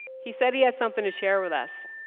he said he had something to share with us,